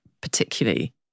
particularly